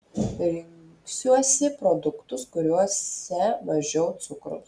rinksiuosi produktus kuriuose mažiau cukraus